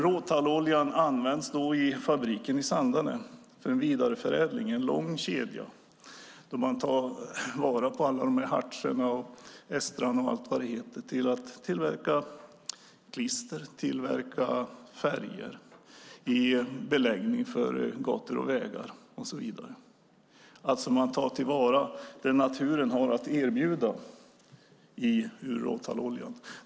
Råtalloljan används i fabriken i Sandarne för vidareförädling i en lång kedja där man tar vara på hartser, estrar och allt vad det heter för att tillverka klister och färger, beläggning för gator och vägar och så vidare. Man tar alltså till vara det naturen har att erbjuda i råtalloljan.